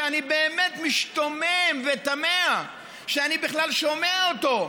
שאני באמת משתומם ותמה כשאני בכלל שומע אותו.